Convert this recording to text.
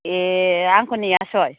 ए' आंखौ नेयासै